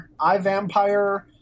iVampire